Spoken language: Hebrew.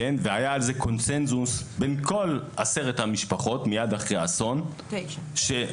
והיה על זה קונצנזוס בין כל עשרת המשפחות מיד אחרי האסון על